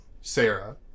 Sarah